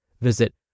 Visit